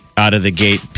Out-of-the-gate